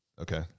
okay